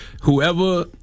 whoever